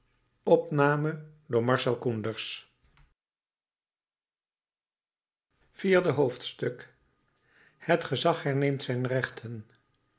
vierde hoofdstuk het gezag herneemt zijn rechten